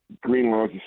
Greenlaw's